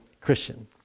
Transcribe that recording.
Christian